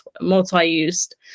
multi-used